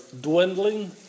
dwindling